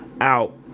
out